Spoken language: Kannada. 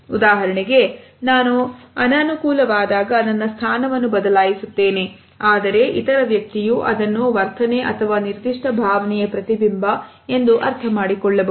ಉದಾಹರಣೆಗೆ ನಾನು ಅನಾನುಕೂಲ ವಾದಾಗ ನನ್ನ ಸ್ಥಾನವನ್ನು ಬದಲಾಯಿಸುತ್ತೇನೆ ಆದರೆ ಇತರ ವ್ಯಕ್ತಿಯು ಅದನ್ನು ವರ್ತನೆ ಅಥವಾ ನಿರ್ದಿಷ್ಟ ಭಾವನೆಯ ಪ್ರತಿಬಿಂಬ ಎಂದು ಅರ್ಥಮಾಡಿಕೊಳ್ಳಬಹುದು